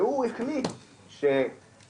והוא החליט שקנאביס